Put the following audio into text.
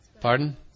Pardon